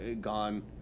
gone